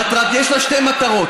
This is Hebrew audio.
יש לה שתי מטרות.